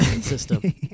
system